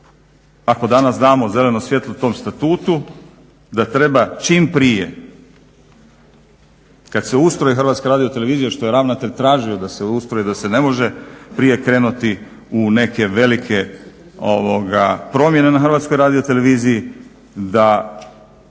ako danas damo zeleno svijetlo tom statutu da treba čim prije kad se ustroji HRT-a što je ravnatelj tražio da se ustroji da se ne može prije krenuti u neke velike promjene na HRT-u, da članak